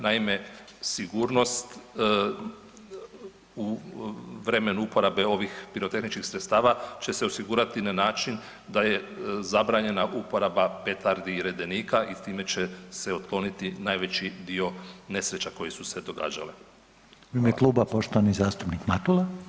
Naime, sigurnost u vremenu uporabe ovih pirotehničkih sredstava će se osigurati na način da je zabranjena uporaba petardi i redenika i s time će se otkloniti najveći dio nesreća koje su se događale.